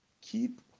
keep